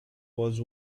was